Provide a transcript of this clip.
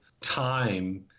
time